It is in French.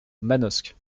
manosque